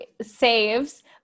saves